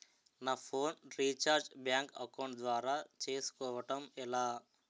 నా phone recharge bank account ద్వారా చేసుకోవటం ఎలా?